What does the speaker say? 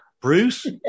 Bruce